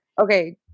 Okay